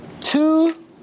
Two